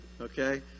Okay